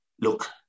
Look